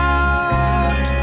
out